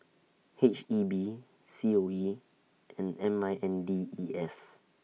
H E B C O E and M I N D E F